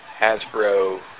Hasbro